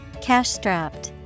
Cash-strapped